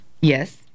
yes